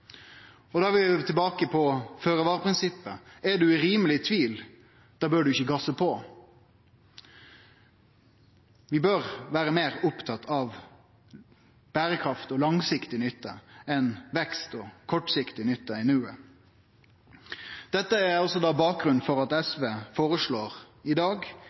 kriterium. Da er vi tilbake til føre-var-prinsippet: Er du i rimeleg tvil, bør du ikkje gasse på. Vi bør vere meir opptatt av berekraft og langsiktig nytte enn av vekst og kortsiktig nytte «i nuet». Dette er bakgrunnen for at SV i dag